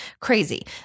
crazy